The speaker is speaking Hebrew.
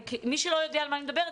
מי שלא יודע על מה אני מדברת,